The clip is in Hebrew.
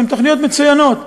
שהן תוכניות מצוינות,